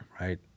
right